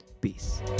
peace